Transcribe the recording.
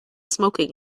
smoking